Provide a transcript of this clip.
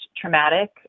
traumatic